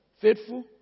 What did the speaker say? faithful